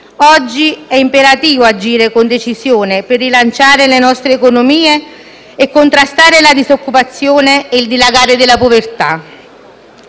Oggi è imperativo agire con decisione per rilanciare le nostre economie e contrastare la disoccupazione e il dilagare della povertà.